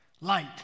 light